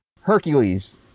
Hercules